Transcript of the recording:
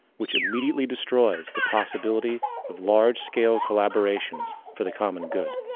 which immediately destroys the possibility of large scale collaborations for the common good.